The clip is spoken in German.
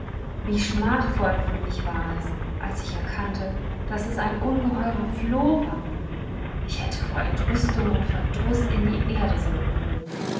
wie schmachvoll für mich war es als ich erkannte daß es ein ungeheurer floh war ich hätte vor entrüstung und verdruß in die erde sinken mögen